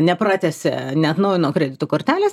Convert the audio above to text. nepratęsė neatnaujino kredito kortelės